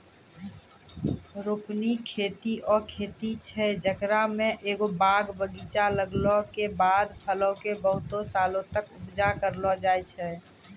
रोपनी खेती उ खेती छै जेकरा मे एगो बाग बगीचा लगैला के बाद फलो के बहुते सालो तक उपजा करलो जाय छै